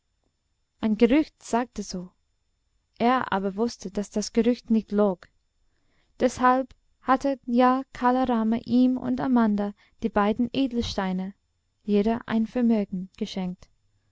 ein gerücht sagte so er aber wußte daß das gerücht nicht log deshalb hatte ja kala rama ihm und amanda die beiden edelsteine jeder ein vermögen geschenkt